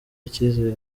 icyizere